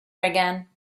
again